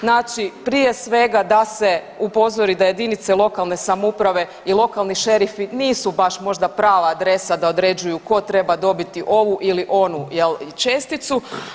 Znači prije svega da se upozori da jedinice lokalne samouprave i lokalni šerifi nisu baš možda prava adresa da određuju tko treba dobiti ovu ili onu česticu.